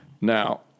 Now